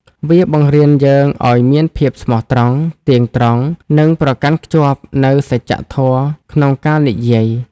វាបង្រៀនយើងឱ្យមានភាពស្មោះត្រង់ ទៀងត្រង់ និងប្រកាន់ខ្ជាប់នូវសច្ចៈធម៌ក្នុងការនិយាយ។